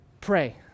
pray